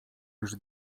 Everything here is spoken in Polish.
już